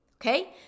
okay